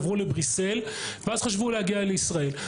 עברו לבריסל ואז חשבו להגיע לישראל.